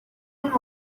alvin